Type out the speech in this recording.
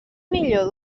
millor